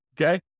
Okay